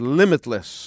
limitless